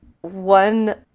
one